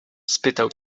spytał